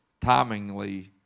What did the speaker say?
timingly